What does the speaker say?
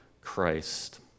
Christ